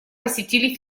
посетили